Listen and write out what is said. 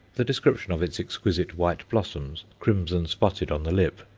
the description of its exquisite white blossoms, crimson spotted on the lip,